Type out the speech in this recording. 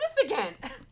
significant